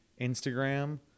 Instagram